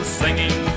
singing